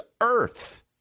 earth